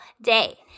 day